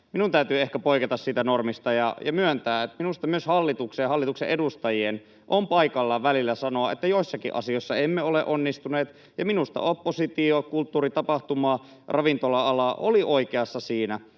minun täytyy ehkä poiketa siitä normista ja myöntää, että minusta myös hallituksen ja hallituksen edustajien on paikallaan välillä sanoa, että joissakin asioissa emme ole onnistuneet. Minusta oppositio sekä kulttuuritapahtuma- ja ravintola-ala olivat oikeassa siinä,